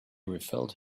refilled